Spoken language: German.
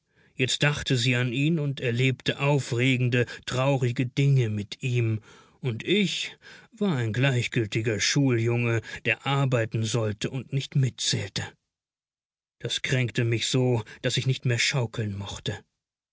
jetzt dachte sie an ihn und erlebte aufregende traurige dinge mit ihm und ich war ein gleichgültiger schuljunge der arbeiten sollte und nicht mitzählte das kränkte mich so daß ich nicht mehr schaukeln mochte